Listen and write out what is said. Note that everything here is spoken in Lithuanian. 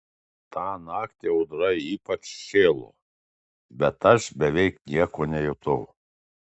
tą naktį audra ypač šėlo bet aš beveik nieko nejutau